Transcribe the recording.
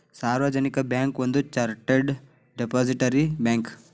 ಸಾರ್ವಜನಿಕ ಬ್ಯಾಂಕ್ ಒಂದ chartered depository bank